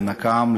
לנקם,